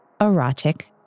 Erotic